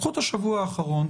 קחו את השבוע האחרון,